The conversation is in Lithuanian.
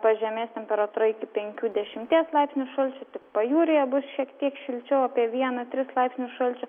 pažemės temperatūra iki penkių dešimties laipsnių šalčio tik pajūryje bus šiek tiek šilčiau apie vieną tris laipsnius šalčio